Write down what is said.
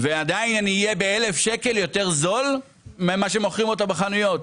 ועדיין אני אהיה ב-1,000 שקלים יותר זול מהסכום שמוכרים אותו בחנויות.